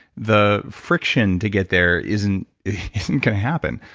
the friction to get there isn't isn't going to happen.